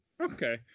Okay